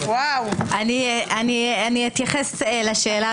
אני אתייחס לשאלת